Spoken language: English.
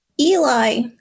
Eli